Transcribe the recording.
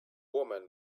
woman